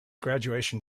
graduation